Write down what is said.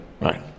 right